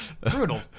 Brutal